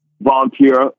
volunteer